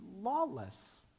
lawless